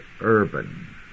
urban